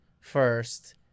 first